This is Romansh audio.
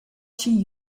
chi